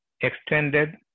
Extended